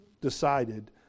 decided